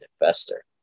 investor